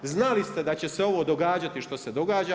Znali ste da će se ovo događati što se događa.